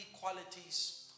qualities